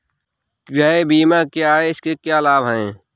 गृह बीमा क्या है इसके क्या लाभ हैं?